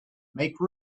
make